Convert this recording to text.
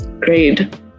grade